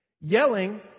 yelling